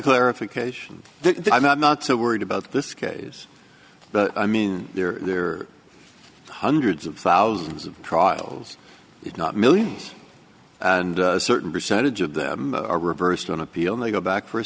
clarification the i'm not not so worried about this case but i mean there are hundreds of thousands of trials if not millions and a certain percentage of them are reversed on appeal and they go back for a